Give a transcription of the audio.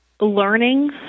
learning